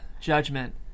Judgment